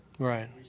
Right